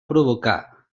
provocar